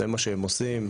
זה מה שהם עושים.